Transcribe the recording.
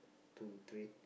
two three